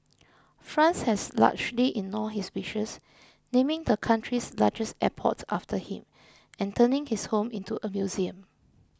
France has largely ignored his wishes naming the country's largest airport after him and turning his home into a museum